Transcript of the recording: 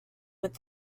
with